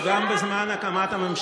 אלקין השאוויש של השמאל.